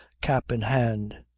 cap in hand.